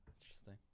Interesting